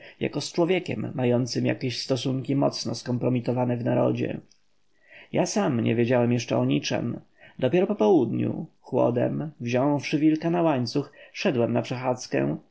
jako z człowiekiem mającym jakieś stosunki mocno skompromitowane w narodzie ja sam nie wiedziałem jeszcze o niczem dopiero po południu chłodem wziąwszy wilka na łańcuch szedłem na przechadzkę